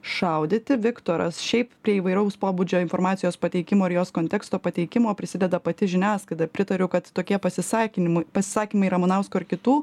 šaudyti viktoras šiaip prie įvairaus pobūdžio informacijos pateikimo ir jos konteksto pateikimo prisideda pati žiniasklaida pritariu kad tokie pasisakinimai pasisakymai ramanausko ir kitų